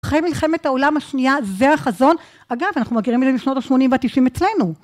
אחרי מלחמת העולם השנייה, זה החזון. אגב, אנחנו מכירים את זה משנות ה-80 וה-90 אצלנו.